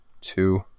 two